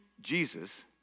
Jesus